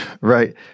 right